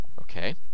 Okay